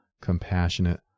compassionate